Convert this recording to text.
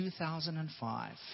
2005